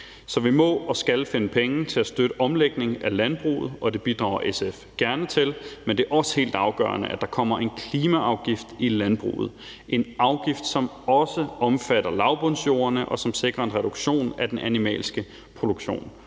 Så vi må og skal finde penge til at støtte omlægningen af landbruget, og det bidrager SF gerne til, men der er også helt afgørende, der kommer en klimaafgift for landbruget – en afgift, som også omfatter lavbundsjorder og sikrer en reduktion af den animalske produktion.